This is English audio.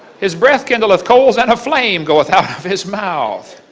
his breath kindleth coals, and a flame goeth out of his mouth.